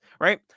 right